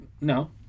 No